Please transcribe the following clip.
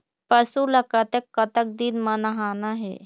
पशु ला कतक कतक दिन म नहाना हे?